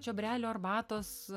čiobrelių arbatos